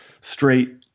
straight